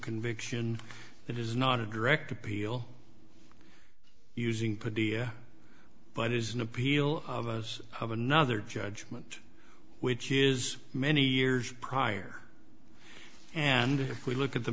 conviction that is not a direct appeal using patea but is an appeal of us of another judgment which is many years prior and if we look at the